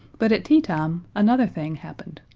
but at teatime another thing happened.